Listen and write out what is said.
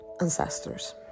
Ancestors